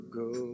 go